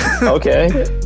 Okay